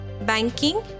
banking